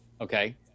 Okay